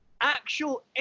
actual